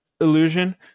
illusion